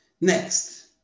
Next